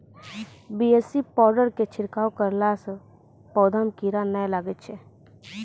BAC powder के छिड़काव करला से पौधा मे कीड़ा नैय लागै छै?